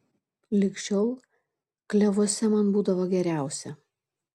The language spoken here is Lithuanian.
lig šiol klevuose man būdavo geriausia